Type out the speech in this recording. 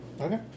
Okay